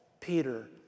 Peter